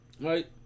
Right